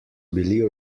bili